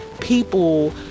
people